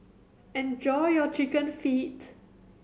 enjoy your Chicken Feet